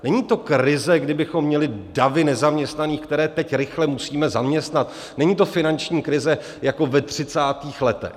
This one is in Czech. Není to krize, kdy bychom měli davy nezaměstnaných, které teď rychle musíme zaměstnat, není to finanční krize jako ve třicátých letech.